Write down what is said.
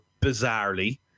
bizarrely